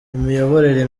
imiyoborere